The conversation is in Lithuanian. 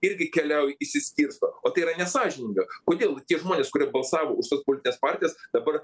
irgi keliauja išsiskirsto o tai yra nesąžininga kodėl tie žmonės kurie balsavo už tas politines partijas dabar